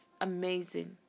amazing